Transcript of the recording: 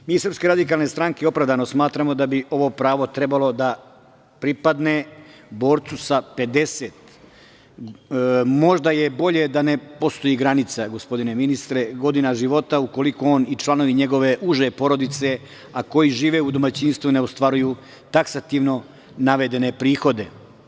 Mi iz SRS, opravdano smatramo da bi ovo pravo trebalo da pripadne borcu sa 50, i možda je bolje da ne postoji granica, gospodine ministre, godine života, ukoliko on i članovi njegove uže porodice, a koji žive u domaćinstvu ne ostvaruju taksativno navedene prihode.